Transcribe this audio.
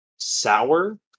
Sour